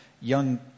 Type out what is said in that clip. young